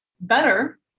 better